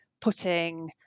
putting